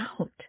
out